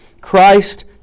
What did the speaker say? Christ